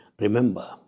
remember